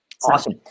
Awesome